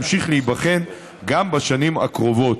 וימשיך להיבחן גם בשנים הקרובות.